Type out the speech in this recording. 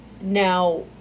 Now